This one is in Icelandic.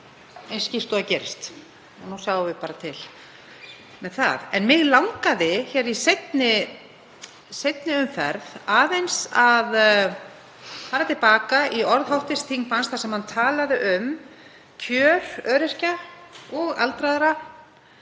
eins skýrt og það gerist. Nú sjáum við bara til með það. En mig langaði í seinni umferð að fara aðeins til baka í orð hv. þingmanns þar sem hann talaði um kjör öryrkja og aldraðra,